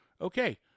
okay